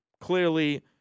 clearly